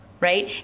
right